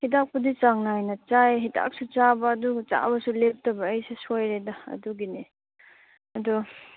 ꯍꯤꯗꯥꯛꯄꯨꯗꯤ ꯆꯥꯡ ꯅꯥꯏꯅ ꯆꯥꯏ ꯍꯤꯗꯥꯛꯁꯨ ꯆꯥꯕ ꯑꯗꯨꯒ ꯆꯥꯕꯁꯨ ꯂꯦꯞꯇꯕ ꯑꯩꯁꯦ ꯁꯣꯏꯔꯦꯗ ꯑꯗꯨꯒꯤꯅꯤ ꯑꯗꯣ